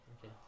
Okay